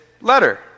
letter